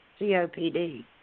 COPD